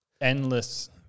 endless